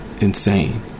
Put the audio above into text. insane